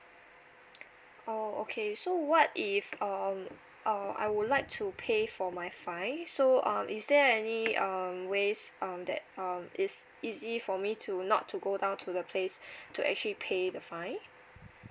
oh okay so what if um uh I would like to pay for my fine so um is there any um ways um that um is easy for me to not to go down to the place to actually pay the fine